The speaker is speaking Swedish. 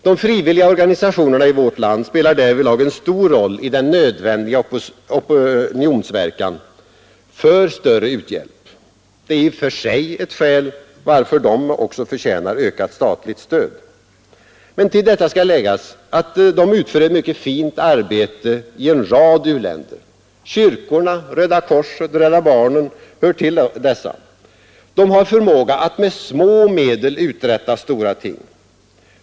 De frivilliga organisationerna i vårt land spelar därvidlag en stor roll i den nödvändiga opinionspåverkan för större u-hjälp. Det är i och för sig ett skäl varför de förtjänar ökat statligt stöd. Till detta skall läggas att de utför ett mycket fint arbete i en rad u-länder. Kyrkorna, Röda korset och Rädda barnen hör till dessa organisationer. De har förmåga att med små medel uträtta stora ting.